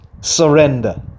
surrender